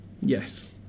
Yes